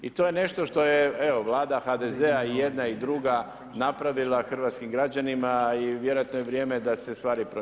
I to je nešto što je evo Vlada HDZ-a i jedna i druga napravila hrvatskim građanima i vjerojatno je vrijeme da se stvari promijene.